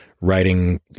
writing